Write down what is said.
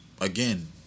again